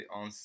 on